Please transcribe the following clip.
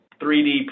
3D